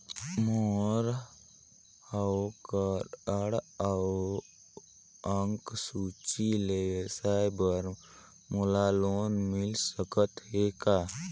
मोर हव कारड अउ अंक सूची ले व्यवसाय बर मोला लोन मिल सकत हे का?